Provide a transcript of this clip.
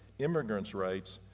immigrants' rights,